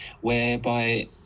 whereby